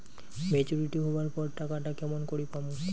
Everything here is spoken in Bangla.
মেচুরিটি হবার পর টাকাটা কেমন করি পামু?